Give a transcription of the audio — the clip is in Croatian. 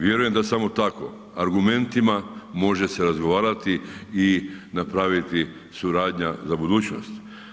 Vjerujem da samo tako argumentima može se razgovarati i napraviti suradnja za budućnost.